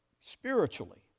spiritually